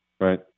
Right